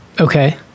Okay